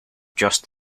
just